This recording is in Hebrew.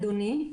אדוני,